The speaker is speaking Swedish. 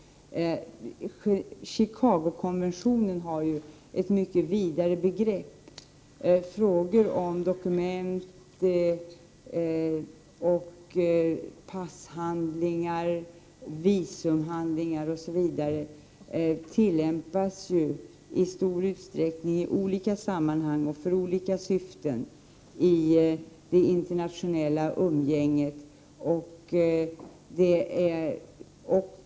Chicagokonventionen har ett mycket vidare begrepp. Frågor om olika dokument — passhandlingar, visumhandlingar osv. — tillämpas ju i olika sammanhang, i olika syften i det internationella umgänget.